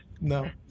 no